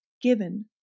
given